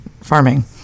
farming